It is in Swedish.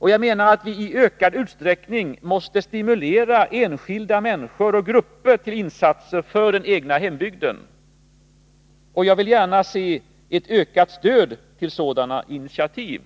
Vi måste i ökad utsträckning stimulera enskilda människor och grupper till insatser för den egna hembygden. Jag vill gärna se ett ökat stöd till sådana initiativ.